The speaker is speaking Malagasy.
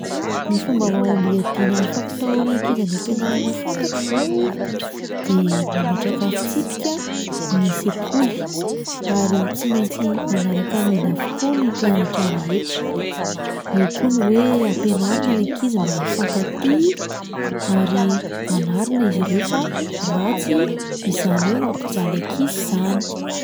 Ny fomba mahomby iadiana amin'ny fampitahorana ankizy any am-pianarana fantatro izao de mametraka fitsipika ny sekoly ary tsy maintsy manaraka an'iny avokoa ny mpianatra rehetra, eo koa ny hoe ampianarina ny ankizy mba hifankatia ary anarina izy ireo fa ratsy izany hoe mampijaly ankizy izany.